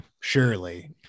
Surely